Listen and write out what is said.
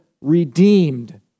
redeemed